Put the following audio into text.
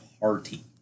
party